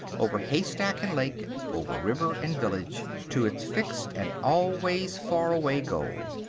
over haystack and lake, over river and village, to its fixed and always far-away goal.